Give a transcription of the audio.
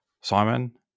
Simon